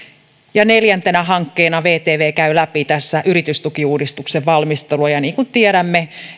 neljäntenä hankkeena vtv käy läpi tässä yritystukiuudistuksen valmistelua ja niin kuin tiedämme